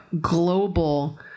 global